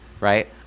right